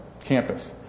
campus